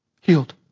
Healed